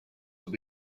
will